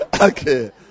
Okay